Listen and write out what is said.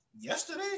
yesterday